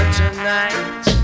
tonight